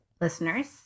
listeners